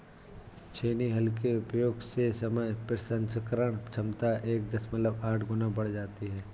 छेनी हल के उपयोग से समय प्रसंस्करण क्षमता एक दशमलव आठ गुना बढ़ जाती है